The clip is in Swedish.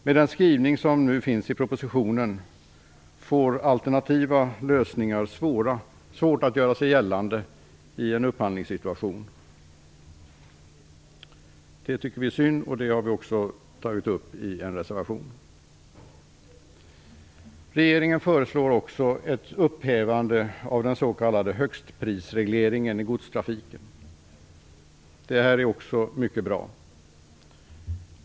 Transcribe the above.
Med den skrivning som nu finns i propositionen får alternativa lösningar svårt att göra sig gällande i en upphandlingssituation. Det tycker vi är synd, vilket vi också har tagit upp i en reservation. Regeringen föreslår också ett upphävande av den s.k. högstprisregleringen i godstrafiken. Detta är också bra.